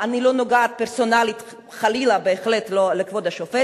אני לא נוגעת פרסונלית חלילה בכבוד השופט,